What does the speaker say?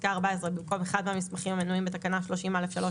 בפסקה (14) במקום "אחד מהמסמכים המנויים בתקנה 30(א)(3)